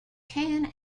ten